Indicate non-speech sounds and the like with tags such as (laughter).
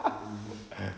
mm (laughs)